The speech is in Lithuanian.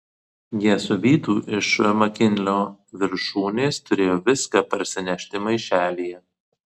jie su vytu iš makinlio viršūnės turėjo viską parsinešti maišelyje